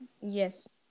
Yes